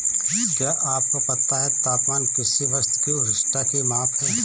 क्या आपको पता है तापमान किसी वस्तु की उष्णता की माप है?